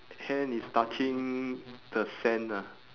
hand is touching the sand ah